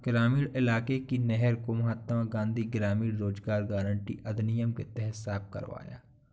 ग्रामीण इलाके की नहर को महात्मा गांधी ग्रामीण रोजगार गारंटी अधिनियम के तहत साफ करवाया